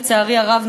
לצערי הרב,